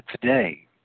today